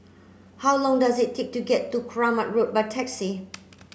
how long does it take to get to Kramat Road by taxi